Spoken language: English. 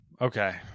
Okay